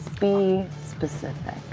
be specific.